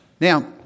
Now